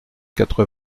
quatre